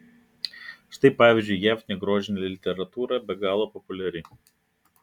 štai pavyzdžiui jav negrožinė literatūra be galo populiari